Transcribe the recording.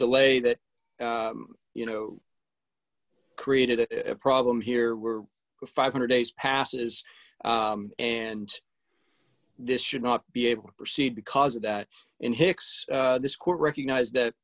delay that you know created a problem here we're five hundred days passes and this should not be able to proceed because of that in hicks this court recognized that